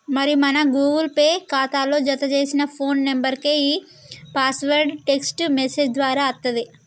మరి మన Google Pay ఖాతాలో జతచేసిన ఫోన్ నెంబర్కే ఈ పాస్వర్డ్ టెక్స్ట్ మెసేజ్ దారా అత్తది